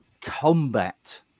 combat